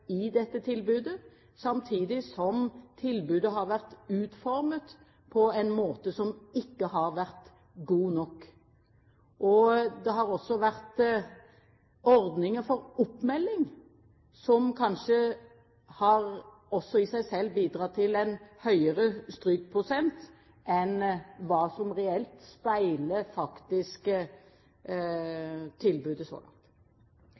i dette tilbudet. Samtidig har tilbudet vært utformet på en måte som ikke har vært god nok. Det har også vært ordninger for oppmelding som kanskje i seg selv har bidratt til en høyere strykprosent enn hva som faktisk reelt speiler tilbudet så langt.